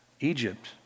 Egypt